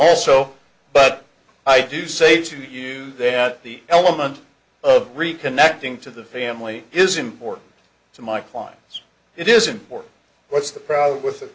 also but i do say to you that the element of reconnecting to the family is important to my clients it is important what's the problem with